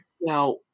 Now